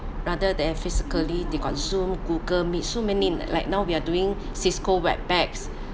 rather than physically they got zoom google meet so many like now we are doing cisco webex